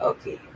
Okay